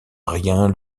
rien